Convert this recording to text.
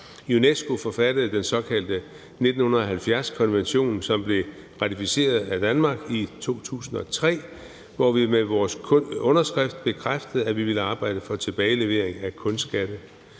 UNESCO forfattede den såkaldte 1970-konvention, som blev ratificeret af Danmark i 2003, hvor vi med vores underskrift bekræftede, at vi ville arbejde for tilbagelevering af kunstskatte.